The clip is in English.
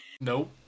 Nope